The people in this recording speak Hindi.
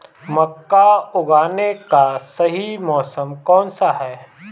मक्का उगाने का सही मौसम कौनसा है?